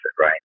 right